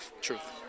truth